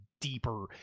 deeper